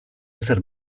ezer